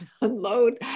unload